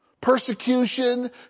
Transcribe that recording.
Persecution